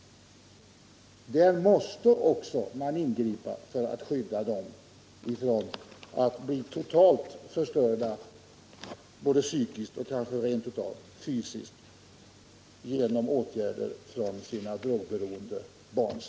Där måste man också ingripa för att skydda föräldrarna från att bli totalt förstörda både psykiskt och kanske rent av fysiskt genom åtgärder från sina drogberoende barn.